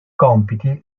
compiti